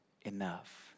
enough